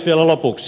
vielä lopuksi